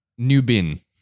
Newbin